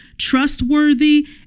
trustworthy